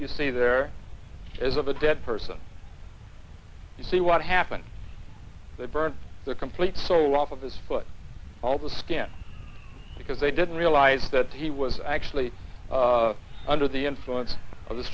you see there is of a dead person you see what happened the burn the complete so off of his foot all the skin because they didn't realize that he was actually under the influence of this